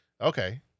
okay